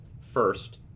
First